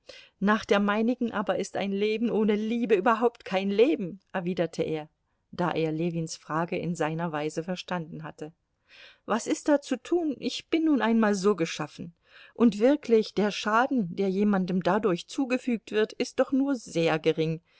nach der meinigen aber ist ein leben ohne liebe überhaupt kein leben erwiderte er da er ljewins frage in seiner weise verstanden hatte was ist da zu tun ich bin nun einmal so geschaffen und wirklich der schaden der jemandem dadurch zugefügt wird ist doch nur sehr gering